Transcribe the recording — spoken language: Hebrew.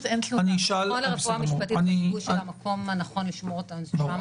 המכון לרפואה משפטית חשבו שהמקום הנכון לשמור אותם זה שם.